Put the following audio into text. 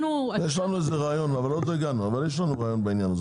יש לנו רעיון בעניין הזה.